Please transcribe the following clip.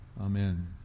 Amen